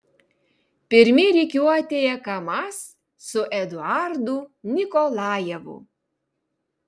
pirmi rikiuotėje kamaz su eduardu nikolajevu